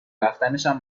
رفتنشم